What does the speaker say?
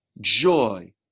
joy